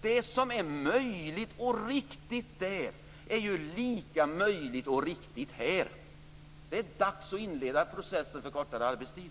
Det som är möjligt och riktigt där är lika möjligt och riktigt här. Det är dags att inleda processen för kortare arbetstid.